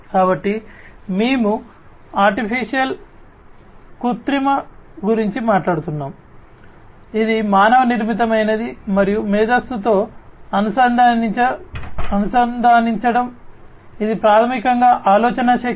కాబట్టి మేము కృత్రిమ సృష్టి ఆలోచనా శక్తి